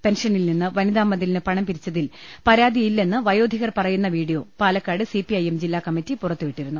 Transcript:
പെൻഷനിൽ നിന്ന് വനിതാമതിലിന് പണം പിരിച്ചതിൽ പരാതിയില്ലെന്ന് വയോധികർ പറയുന്ന video Palakkad C P I M ജില്ലാകമ്മറ്റി പുറത്തുവിട്ടിരുന്നു